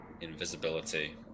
invisibility